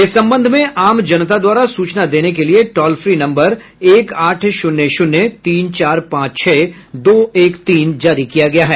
इस संबंध में आम जनता द्वारा सूचना देने के लिये टोल फ्री नम्बर एक आठ शून्य शून्य तीन चार पांच छह दो एक तीन जारी किया गया है